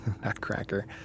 Nutcracker